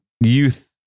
youth